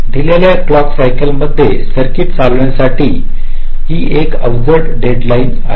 दिलेल्या clock cycle मध्ये circuit चालविण्यासाठी ही एक आवश्यक डेड लाइन आहे